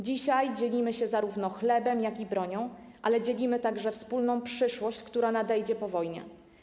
Dzisiaj dzielimy się zarówno chlebem, jak i bronią, ale dzielimy także wspólną przyszłość, która nadejdzie po wojnie.